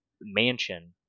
mansion